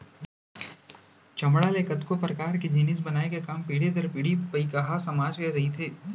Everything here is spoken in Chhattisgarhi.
चमड़ा ले कतको परकार के जिनिस बनाए के काम पीढ़ी दर पीढ़ी पईकहा समाज के काम रहिथे